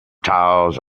tiles